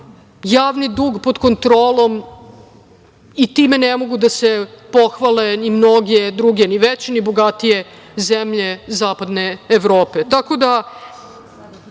javni dug pod kontrolom i time ne mogu da se pohvale ni mnoge druge, ni veće, ni bogatije zemlje Zapadne Evrope. Tako da,